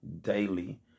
daily